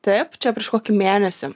taip čia prieš kokį mėnesį